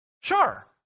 Sure